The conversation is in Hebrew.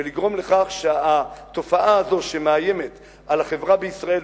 ולגרום לכך שהתופעה הזאת שמאיימת על החברה בישראל,